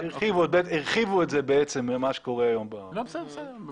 הודיעו לבן אדם שבוע מראש,